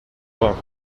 vingt